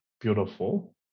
beautiful